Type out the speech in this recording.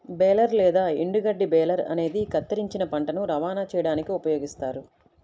baler లేదా ఎండుగడ్డి baler అనేది కత్తిరించిన పంటను రవాణా చేయడానికి ఉపయోగిస్తారు